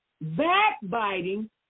backbiting